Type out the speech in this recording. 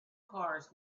cars